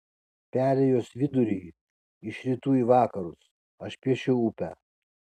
perėjos vidurį iš rytų į vakarus aš piešiu upę